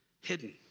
hidden